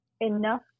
enough